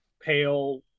pale